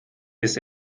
bis